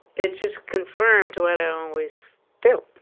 it just confirmed what i always felt.